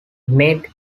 made